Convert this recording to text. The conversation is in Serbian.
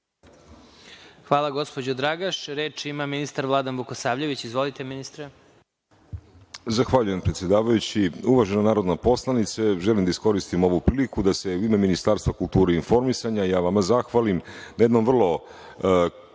Hvala, gospođo Dragaš. Reč ima ministar Vladan Vukosavljević. Izvolite, ministre. **Vladan Vukosavljević** Zahvaljujem, predsedavajući. Uvažena narodna poslanice, želim da iskoristim ovu priliku da se u ime Ministarstva kulture i informisanja ja vama zahvalim na jednom vrlo